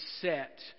set